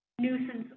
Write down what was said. nuisance